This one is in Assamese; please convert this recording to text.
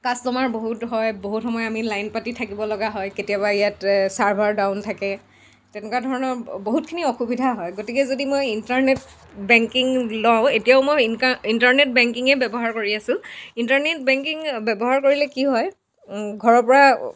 কাষ্টমাৰ বহুত হয় বহুত সময় আমি লাইন পাতি থাকিব লগা হয় কেতিয়াবা ইয়াতে ছাৰ্ভাৰ ডাউন থাকে তেনেকুৱা ধৰণৰ বহুতখিনি অসুবিধা হয় গতিকে যদি মই ইণ্টাৰনেট বেংকিং লওঁ এতিয়াও মই ইণকা ইণ্টাৰনেট বেংকিঙেই ব্যৱহাৰ কৰি আছোঁ ইণ্টাৰনেট বেংকিং ব্যৱহাৰ কৰিলে কি হয় ঘৰৰ পৰা